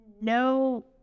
no